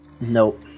Nope